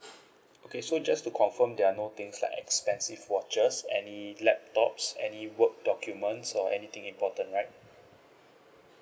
okay so just to confirm there are no things like expensive watches any laptops any work documents or anything important right